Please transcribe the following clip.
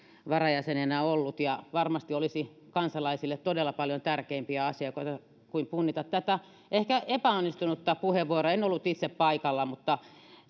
varajäsenenä ollut ja varmasti olisi kansalaisille todella paljon tärkeämpiä asioita kuin punnita tätä ehkä epäonnistunutta puheenvuoroa en ollut itse paikalla mutta